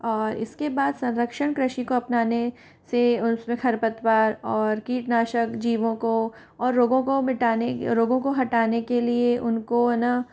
और इसके बाद संरक्षण कृषि को अपनाने से और खरपतवार कीटनाशक जीवों को और रोगों को मिटाने रोगों को हटाने के लिए उनको है न